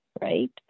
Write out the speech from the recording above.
right